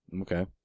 Okay